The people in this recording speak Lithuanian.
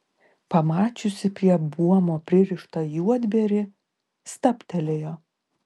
pamačiusi prie buomo pririštą juodbėrį stabtelėjo